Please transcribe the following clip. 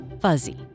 Fuzzy